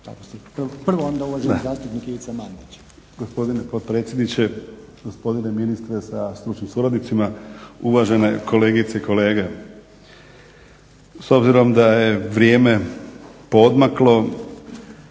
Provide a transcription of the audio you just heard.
Prvo onda uvaženi zastupnik Ivica Mandić.